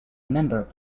member